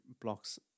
blocks